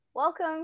Welcome